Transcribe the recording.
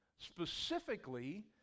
specifically